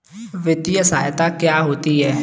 वित्तीय सहायता क्या होती है?